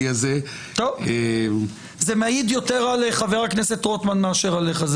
זה מעיד יותר על חבר הכנסת רוטמן מאשר עליך,